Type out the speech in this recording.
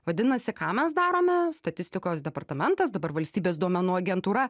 vadinasi ką mes darome statistikos departamentas dabar valstybės duomenų agentūra